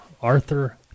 Arthur